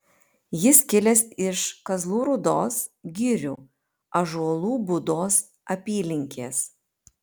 jis kilęs iš kazlų rūdos girių ąžuolų būdos apylinkės